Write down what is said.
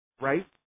right